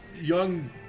young